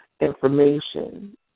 information